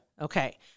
Okay